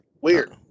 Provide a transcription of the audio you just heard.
Weird